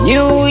New